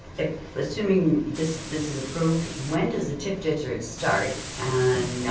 assuming this this is approved, when does the tif district start and,